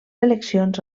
eleccions